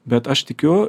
bet aš tikiu